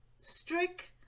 strict